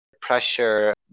pressure